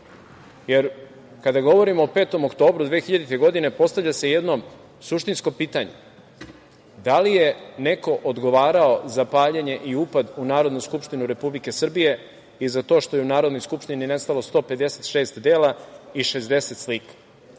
Jer kada govorimo o 5. oktobru 2000. godine, postavlja se jedno suštinsko pitanje – da li je neko odgovarao za paljenje i upad u Narodnu Skupštinu Republike Srbije i za to što je u Narodnoj Skupštini nestalo 156 dela i 60 slika?